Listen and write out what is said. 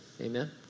Amen